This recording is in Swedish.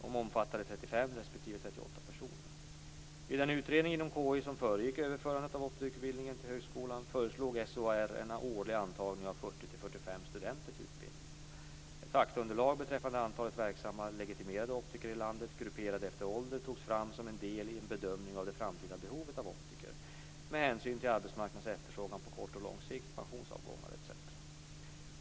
De omfattade 35 SOR en årlig antagning av 40-45 studenter till utbildningen. Ett faktaunderlag beträffande antalet verksamma legitimerade optiker i landet grupperade efter ålder togs fram som en del i en bedömning av det framtida behovet av optiker med hänsyn till arbetsmarknadens efterfrågan på kort och lång sikt, pensionsavgångar etc.